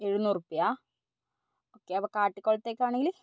എഴുനൂറുപ്പ്യ okay അപ്പോൾ കാട്ടിക്കുളത്തേക്കാന്നെങ്കിൽ